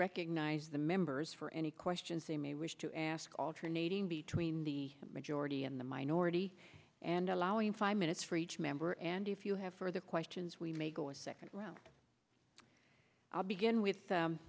recognize the members for any questions they may wish to ask alternating between the majority and the minority and allowing five minutes for each member and if you have further questions we may go a second round i'll begin with